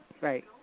right